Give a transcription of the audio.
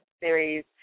Series